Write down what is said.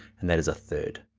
and that is a third,